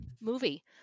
movie